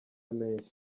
menshi